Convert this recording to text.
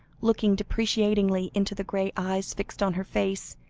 looking deprecatingly into the grey eyes fixed on her face,